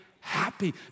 happy